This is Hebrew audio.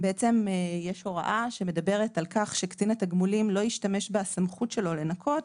יש הוראה שמדברת על כך שקצין התגמולים לא ישתמש בסמכות שלו לנכות,